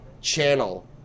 channel